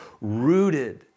rooted